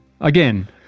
Again